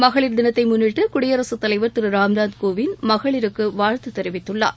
மகளிர் தினத்தை முன்னிட்டு குடியரசு தலைவர் திரு ராம்நாத் கோவிந்த் மகளிருக்கு வாழ்த்து தெரிவித்துள்ளார்